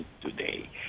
today